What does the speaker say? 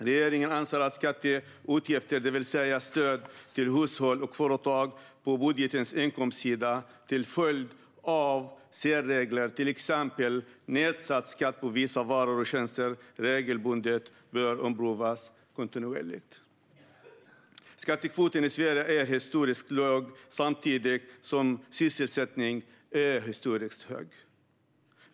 Regeringen anser att skatteutgifter, det vill säga stöd till hushåll och företag på budgetens inkomstsida till följd av särregler, till exempel nedsatt skatt på vissa varor och tjänster, bör omprövas regelbundet och kontinuerligt. Skattekvoten i Sverige är historiskt låg samtidigt som sysselsättningen är historiskt hög.